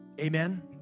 Amen